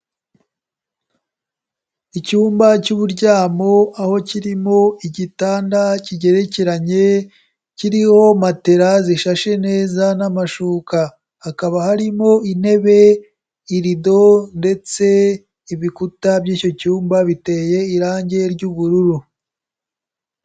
Icyumba cy'uburyamo aho kirimo igitanda cyigerekeranye, kiriho matera zishashe neza n'amashuka. Hakaba harimo intebe, irido ndetse ibikuta by'icyo cyumba biteye irange ry'ubururu.